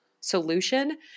solution